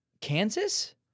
Kansas